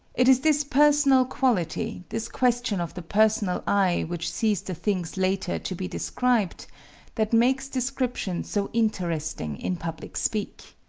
it is this personal quality this question of the personal eye which sees the things later to be described that makes description so interesting in public speech.